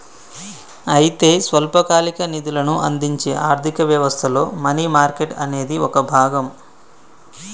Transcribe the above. అయితే స్వల్పకాలిక నిధులను అందించే ఆర్థిక వ్యవస్థలో మనీ మార్కెట్ అనేది ఒక భాగం